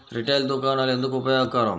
Retail దుకాణాలు ఎందుకు ఉపయోగకరం?